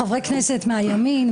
חברי כנסת מהימין,